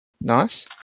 Nice